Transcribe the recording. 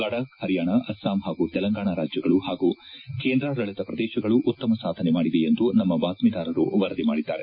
ಲಡಾಕ್ ಪರಿಯಾಣ ಅಸ್ವಾಂ ಹಾಗೂ ತೆಲಂಗಾಣ ರಾಜ್ಲಗಳು ಹಾಗೂ ಕೇಂದ್ರಾಡಳತ ಪ್ರದೇಶಗಳು ಉತ್ತಮ ಸಾಧನೆ ಮಾಡಿವೆ ಎಂದು ನಮ್ಮ ಬಾತ್ಲೀದಾರರು ವರದಿ ಮಾಡಿದ್ದಾರೆ